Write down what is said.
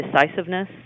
decisiveness